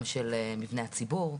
גם של מבני הציבור,